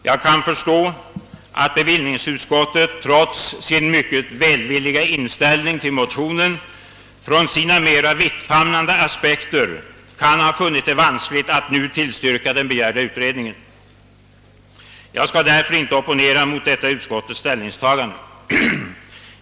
Jag kan förstå, att bevillningsutskottet trots sin mycket välvilliga inställning till motionen, från sina mera vittfamnande aspekter, kan ha funnit det vanskligt att nu tillstyrka den begärda utredningen. Jag skall därför inte opponera mot detta utskottets ställningstagande.